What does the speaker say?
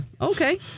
Okay